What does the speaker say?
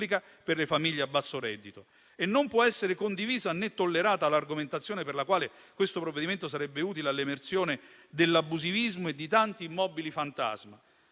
per le famiglie a basso reddito? Non può essere condivisa né tollerata l'argomentazione per la quale questo provvedimento sarebbe utile all'emersione dell'abusivismo e di tanti immobili fantasma.